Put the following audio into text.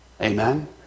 Amen